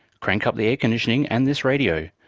crank up the air conditioning and this radio.